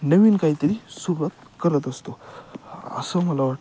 नवीन काहीतरी सुरुवात करत असतो असं मला वाटतं